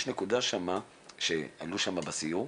יש נקודה שם, כשהיינו שם בסיור,